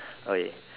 okay